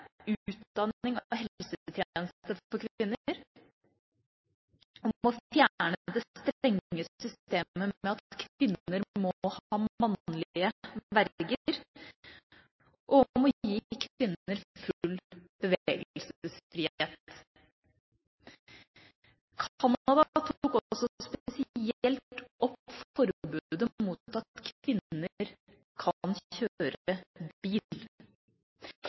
utdanning, helsetjenester for kvinner, om å fjerne det strenge systemet med at kvinner må ha mannlige verger og om å gi kvinner full bevegelsesfrihet. Canada tok også spesielt opp forbudet mot at kvinner kjører bil. I den store konteksten kan